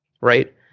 right